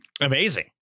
amazing